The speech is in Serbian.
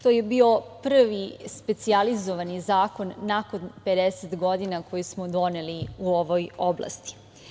To je bio prvi specijalizovani zakon nakon 50 godina koji smo doneli u ovoj oblasti.